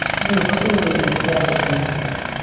you're clearly an incredible communicator.